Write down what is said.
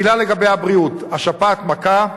מלה לגבי הבריאות: השפעת מכה,